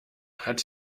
hat